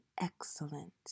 excellent